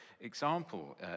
example